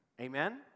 Amen